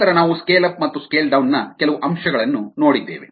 ನಂತರ ನಾವು scale up ಮತ್ತು ಸ್ಕೇಲ್ ಡೌನ್ ನ ಕೆಲವು ಅಂಶಗಳನ್ನು ನೋಡಿದ್ದೇವೆ